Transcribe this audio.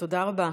תודה רבה.